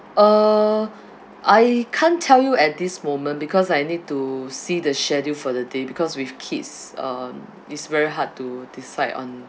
uh I can't tell you at this moment because I need to see the schedule for the day because with kids um it's very hard to decide on